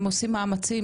הם עושים מאמצים,